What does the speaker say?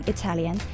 Italian